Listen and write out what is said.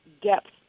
depth